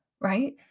right